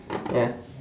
ya